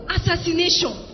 Assassination